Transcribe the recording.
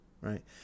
right